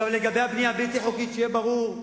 לגבי הבנייה הבלתי-חוקית, שיהיה ברור,